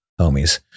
homies